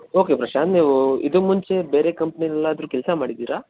okay Prashant ನೀವು ಇದು ಮುಂಚೆ ಬೇರೆ ಕಂಪ್ನೀಲಿ ಎಲ್ಲಾದರೂ ಕೆಲಸ ಮಾಡಿದ್ದೀರಾ